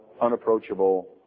unapproachable